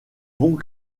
vont